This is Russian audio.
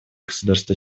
государство